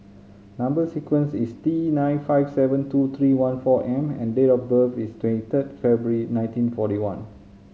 number sequence is T nine five seven two three one four M and date of birth is twenty third February nineteen forty one